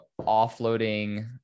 offloading